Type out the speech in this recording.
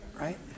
Right